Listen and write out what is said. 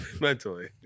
Mentally